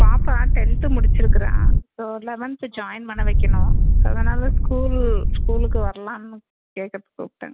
பாப்பா டென்த்து முடிச்சிருக்கிறா so eleventh join பண்ண வைக்கணும் ஸோ அதனால் ஸ்கூல் ஸ்கூலுக்கு வரலான்னு கேட்கறதுக்கு கூப்பிடேன்